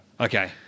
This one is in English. okay